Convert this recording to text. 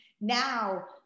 now